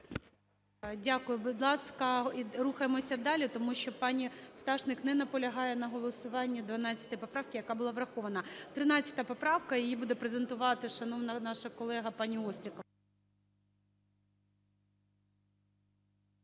Дякую. Будь ласка, рухаємося далі, тому що пані Пташник не наполягає на голосуванні 12 поправки, яка була врахована. 13 поправка. Її буде презентувати шановна наша колега пані Острікова.